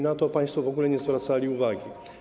Na to państwo w ogóle nie zwracali uwagi.